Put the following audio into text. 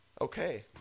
Okay